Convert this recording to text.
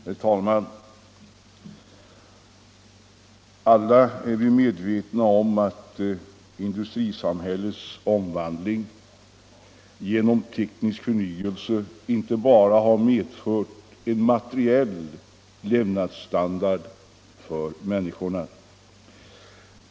Herr talman! Alla är vi medvetna om att industrisamhällets omvandling genom teknisk förnyelse inte bara har medfört en höjd materiell levnadsstandard för människorna.